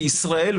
בישראל.